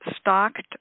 stocked